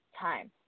time